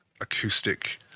acoustic